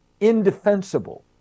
indefensible